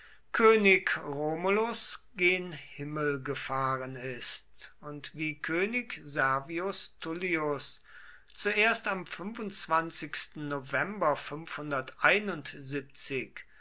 könig romulus gen himmel gefahren ist und wie könig servius tullius zuerst am november